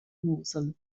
mosel